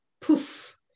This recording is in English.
Poof